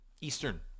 Eastern